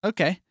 Okay